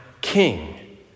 King